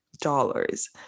dollars